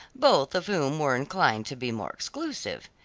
both of whom were inclined to be more exclusive.